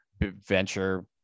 venture